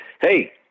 hey